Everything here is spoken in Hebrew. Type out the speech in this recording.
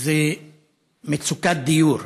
הן מצוקת דיור,